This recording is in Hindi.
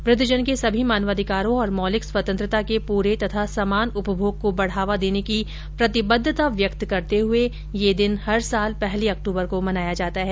वृद्द जन के सभी मानवाधिकारों और मौलिक स्वतंत्रता के पूरे तथा समान उपभोग को बढ़ावा देने की प्रतिबद्धता व्यक्त करते हुए यह दिन हर साल पहली अक्टूबर को मनाया जाता है